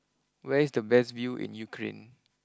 where is the best view in Ukraine